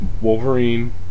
Wolverine